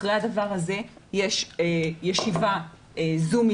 אחרי זה יש ישיבה בזום,